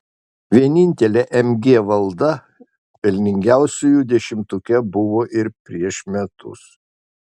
vienintelė mg valda pelningiausiųjų dešimtuke buvo ir prieš metus